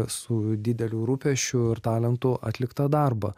su dideliu rūpesčiu ir talentu atliktą darbą